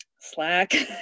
slack